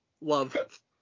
love